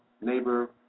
neighbor